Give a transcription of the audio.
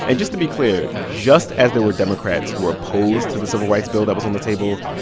and just to be clear, just as there were democrats who were opposed to the civil rights bill that was on the table,